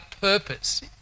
purpose